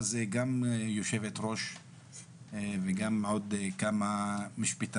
באמת יש פה באולם הזה גם יושבת ראש וגם עוד כמה משפטנים